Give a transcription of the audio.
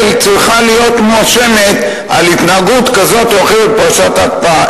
צריכה להיות מואשמת על התנהגות כזו או אחרת בפרשת ההקפאה.